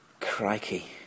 Crikey